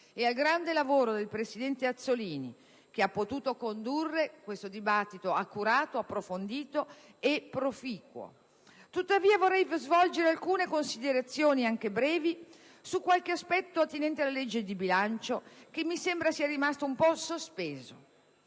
il grande lavoro del presidente Azzollini, che ha potuto condurre questo dibattito accurato, approfondito e proficuo. Tuttavia, vorrei svolgere alcune brevi considerazioni su qualche aspetto attinente la legge di bilancio, che mi sembra sia rimasto un po' sospeso.